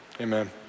amen